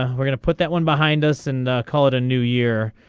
ah we're gonna put that one behind us and call it a new year.